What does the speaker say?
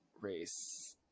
race